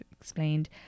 explained